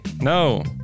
No